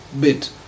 bit